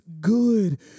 good